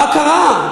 מה קרה?